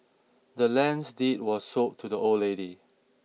the land's deed was sold to the old lady